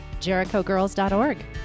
jerichogirls.org